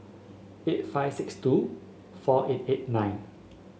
eight five six two four eight eight nine